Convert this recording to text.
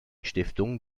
stiftungen